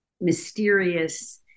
mysterious